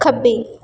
ਖੱਬੇ